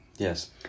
Yes